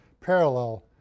parallel